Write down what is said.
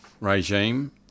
regime